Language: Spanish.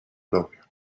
propio